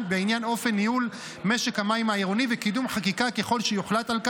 אופן ניהול משק המים העירוני וקידום חקיקה ככל שיוחלט על כך,